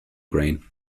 grain